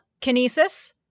Kinesis